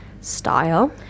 style